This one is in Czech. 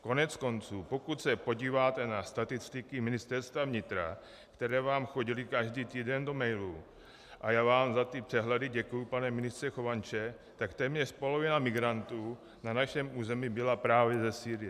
Koneckonců, pokud se podíváte na statistiky Ministerstva vnitra, které vám chodily každý týden do mailů a já vám za ty přehledy děkuji, pane ministře Chovanče , tak téměř polovina migrantů na našem území byla právě ze Sýrie.